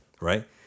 Right